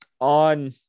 on